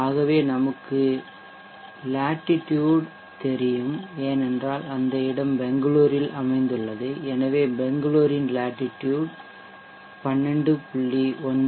ஆகவே நமக்கு லேட்டிடூட் அட்சரேகை தெரியும் ஏனென்றால் அந்த இடம் பெங்களூரில் அமைந்துள்ளது எனவே பெங்களூரின் லேட்டிடூட் அட்சரேகை 12